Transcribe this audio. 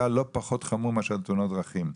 כלא פחות חמורות מאשר תאונות דרכים.